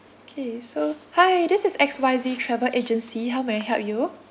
okay so hi this is X Y Z travel agency how may I help you